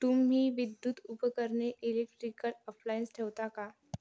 तुम्ही विद्युत उपकरणे इलेकट्रीकल अप्लायन्स ठेवता का